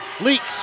Leaks